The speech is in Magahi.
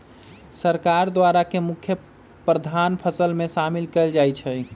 सरकार द्वारा के मुख्य मुख्य खाद्यान्न फसल में शामिल कएल जाइ छइ